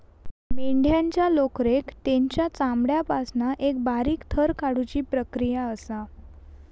मेंढ्यांच्या लोकरेक तेंच्या चामड्यापासना एका बारीक थर काढुची प्रक्रिया असा